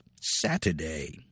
Saturday